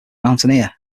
mountaineer